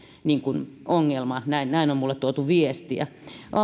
ongelma näin näin on minulle tuotu viestiä